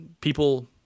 People